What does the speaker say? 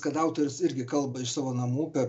kad autorius irgi kalba iš savo namų per